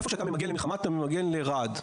איפה שאתה ממגן למלחמה, אתה ממגן לרעד.